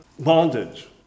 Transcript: Bondage